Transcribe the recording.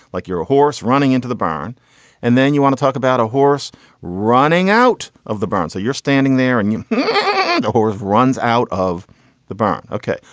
like you're a horse running into the barn and then you want to talk about a horse running out of the barn so you're standing there and you yeah and horse runs out of the barn. okay.